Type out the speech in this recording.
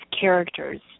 characters